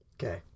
Okay